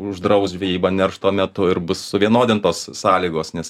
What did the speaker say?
uždraust žvejybą neršto metu ir bus suvienodintos sąlygos nes